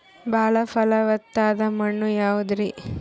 ಬಾಳ ಫಲವತ್ತಾದ ಮಣ್ಣು ಯಾವುದರಿ?